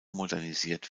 modernisiert